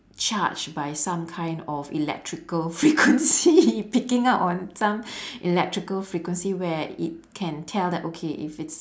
charged by some kind of electrical frequency picking up on some electrical frequency where it can tell that okay if it's